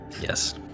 yes